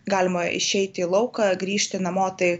galima išeiti į lauką grįžti namo tai